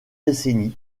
décennies